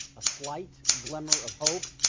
a slight glimmer of hope.